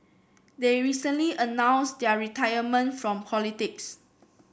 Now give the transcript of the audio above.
they recently announced their retirement from politics